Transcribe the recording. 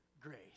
grace